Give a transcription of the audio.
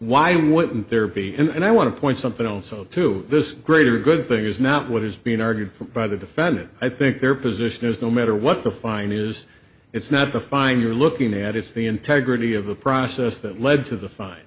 why wouldn't there be and i want to point something else so to this greater good thing is not what is being argued for by the defendant i think their position is no matter what the fine is it's not the fine you're looking at it's the integrity of the process that led to the fine